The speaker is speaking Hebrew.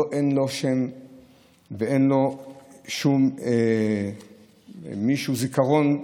לו אין שם ואין לו שום מישהו זיכרון.